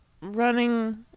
running